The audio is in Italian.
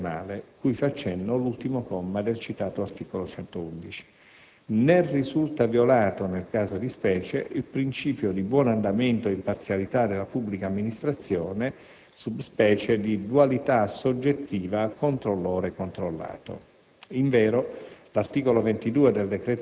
dell'eventuale «conflitto di interessi non occasionale», cui fa cenno l'ultimo comma del citato articolo 111. Né risulta violato, nel caso di specie, il principio di «buon andamento e imparzialità della pubblica amministrazione» *sub* *specie* di dualità soggettiva controllore-controllato.